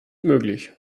möglich